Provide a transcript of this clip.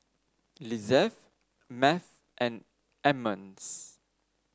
Lizeth Math and Emmons